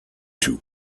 two